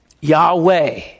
Yahweh